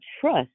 trust